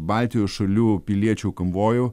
baltijos šalių piliečių konvojų